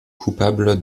coupable